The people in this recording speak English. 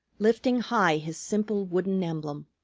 lifting high his simple wooden emblem.